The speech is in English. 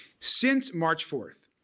since march fourth,